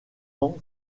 ans